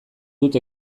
dut